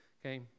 Okay